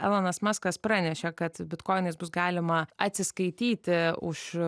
elonas muskas pranešė kad bitkoinais bus galima atsiskaityti už